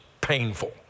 painful